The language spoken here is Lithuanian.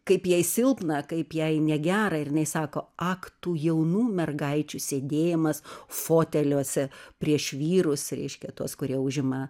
kaip jai silpna kaip jai negera ir jinai sako ak tų jaunų mergaičių sėdėjimas foteliuose prieš vyrus reiškia tuos kurie užima